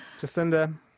Jacinda